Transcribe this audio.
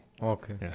Okay